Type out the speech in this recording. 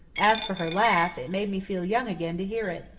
as for her laugh, it made me feel young again to hear it.